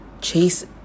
chase